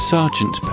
Sergeant